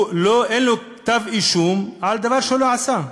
שאין לו כתב-אישום, על דבר שלא עשה.